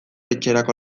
etxerako